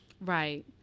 Right